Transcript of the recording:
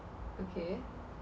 okay